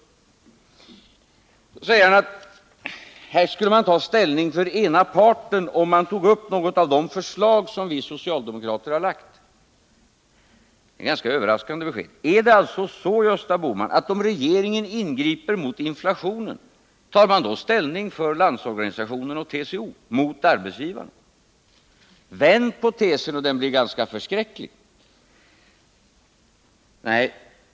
Gösta Bohman säger att man skulle ta ställning för den ena parten, om man tog upp något av de förslag som vi socialdemokrater har lagt fram. Det är ett ganska överraskande besked. Är det alltså så, Gösta Bohman, att om regeringen ingriper mot inflationen, då tar den därmed ställning för Landsorganisationen och TCO mot arbetsgivarna? Vänd på tesen, och den blir ganska förskräcklig!